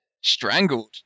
Strangled